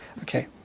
Okay